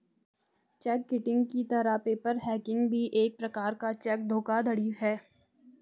check kiting की तरह paper hanging भी एक प्रकार का चेक धोखाधड़ी है